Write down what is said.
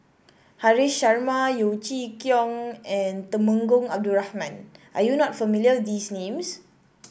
Haresh Sharma Yeo Chee Kiong and Temenggong Abdul Rahman are you not familiar these names